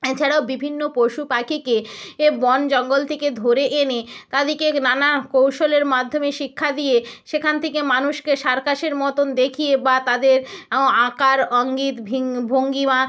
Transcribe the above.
এছাড়াও বিভিন্ন পশু পাখিকে বন জঙ্গল থেকে ধরে এনে তাদেরকে নানা কৌশলের মাধ্যমে শিক্ষা দিয়ে সেখান থেকে মানুষকে সার্কাসের মতন দেখিয়ে বা তাদের আকার অঙ্গিত ভঙ্গিমা